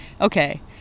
okay